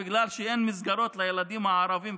בגלל שאין מסגרות לילדים הערבים,